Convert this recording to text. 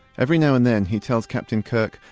every now and then he tells captain kirk,